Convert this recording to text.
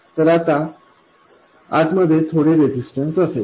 तर आत मध्ये थोडे रेजिस्टन्स असेल